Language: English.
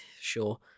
sure